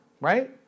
right